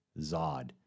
Zod